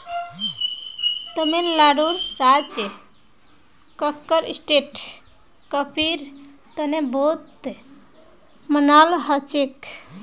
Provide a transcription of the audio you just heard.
तमिलनाडुर राज कक्कर स्टेट कॉफीर तने बहुत मनाल जाछेक